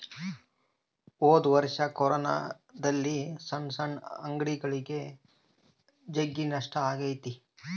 ಹೊದೊರ್ಷ ಕೊರೋನಲಾಸಿ ಸಣ್ ಸಣ್ ಅಂಗಡಿಗುಳಿಗೆ ಜಗ್ಗಿ ನಷ್ಟ ಆಗೆತೆ